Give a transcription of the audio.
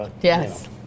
Yes